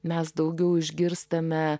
mes daugiau išgirstame